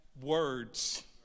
words